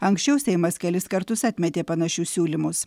anksčiau seimas kelis kartus atmetė panašius siūlymus